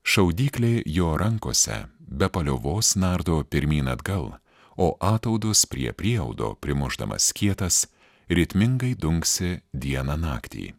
šaudyklė jo rankose be paliovos nardo pirmyn atgal o ataudus prie prieaudo primušdamas skietas ritmingai dunksi dieną naktį